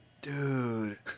Dude